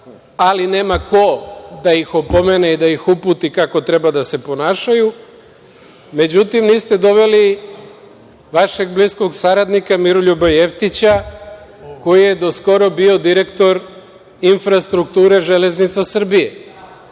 Ali, nema ko da ih opomene i da ih uputi kako treba da se ponašaju. Međutim, niste doveli vašeg bliskog saradnika, Miroljuba Jeftića, koji je do skoro bio direktor infrastrukture „Železnica Srbije“.